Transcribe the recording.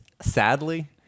Sadly